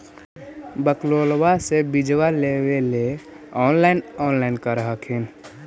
ब्लोक्बा से बिजबा लेबेले ऑनलाइन ऑनलाईन कर हखिन न?